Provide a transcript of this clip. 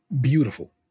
beautiful